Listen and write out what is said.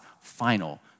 final